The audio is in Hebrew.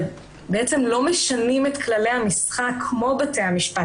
שלא משנים את כללי המשחק כמו בתי המשפט